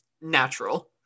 natural